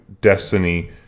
Destiny